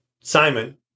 Simon